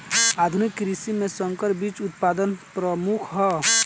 आधुनिक कृषि में संकर बीज उत्पादन प्रमुख ह